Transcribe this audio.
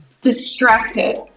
distracted